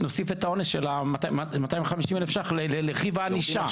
נוסיף את העונש של 250,000 ש"ח לרכיב הענישה?